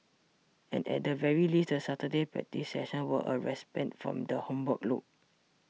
and at the very least the Saturday practice sessions were a respite from the homework load